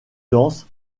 danse